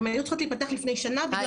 הן היו צריכות להיפתח לפני שנה בגלל שהיה